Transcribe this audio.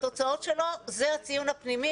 התוצאות שלו הן הציון הפנימי,